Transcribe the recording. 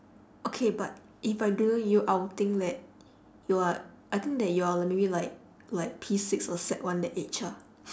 okay but if I didn't know you I will think that you are I think that you are maybe like like P six or sec one that age ah